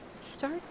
start